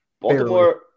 Baltimore